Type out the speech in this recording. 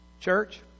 Church